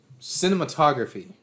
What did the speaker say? Cinematography